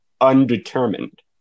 undetermined